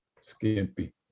skimpy